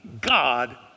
God